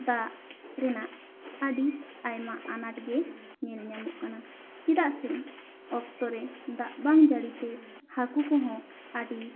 ᱫᱟᱜ ᱨᱮᱱᱟᱜ ᱟᱹᱰᱤ ᱟᱭᱢᱟ ᱟᱱᱟᱴ ᱜᱮ ᱧᱮᱞ ᱧᱟᱢᱚᱜ ᱠᱟᱱᱟ ᱪᱮᱫᱟᱜ ᱥᱮ ᱚᱠᱛᱚ ᱨᱮ ᱫᱟᱜ ᱵᱟᱝ ᱡᱟᱹᱲᱤ ᱛᱮ ᱦᱟᱹᱠᱩ ᱠᱚᱦᱚᱸ ᱟᱹᱰᱤ